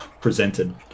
presented